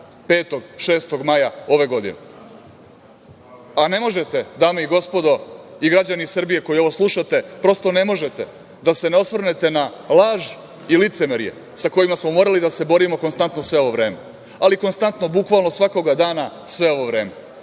5, 6. maja ove godine. Ne možete, dame i gospodo i građani Srbije koji ovo slušate, prosto ne možete da se ne osvrnete na laž i licemerje sa kojima smo morali da se borimo konstantno sve ovo vreme, ali konstantno, bukvalno svakoga dana sve ovo vreme,